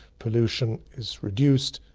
pollution is reduced,